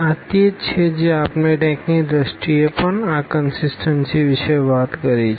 આ તે જ છે જે આપણે રેંકની દ્રષ્ટિએ પણ આ કનસીસટન્સી વિશે વાત કરી છે